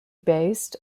based